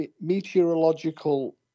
meteorological